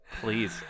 Please